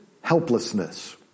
helplessness